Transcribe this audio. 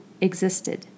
existed